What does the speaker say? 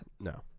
No